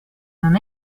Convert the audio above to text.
non